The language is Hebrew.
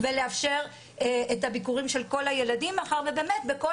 ולאפשר את הביקורים של כל הילדים מאחר ובכל